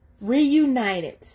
reunited